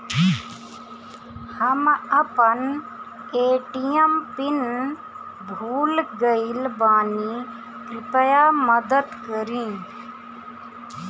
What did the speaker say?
हम अपन ATM pin भूल गएल बानी, कृपया मदद करीं